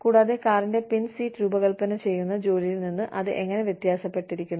കൂടാതെ കാറിന്റെ പിൻസീറ്റ് രൂപകൽപ്പന ചെയ്യുന്ന ജോലിയിൽ നിന്ന് അത് എങ്ങനെ വ്യത്യാസപ്പെട്ടിരിക്കുന്നു